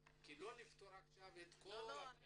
נפתור עכשיו את כל הבעיות.